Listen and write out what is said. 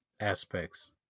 aspects